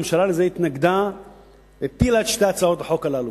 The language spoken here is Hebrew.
הממשלה התנגדה לזה והפילה את שתי הצעות החוק הללו.